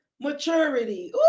maturity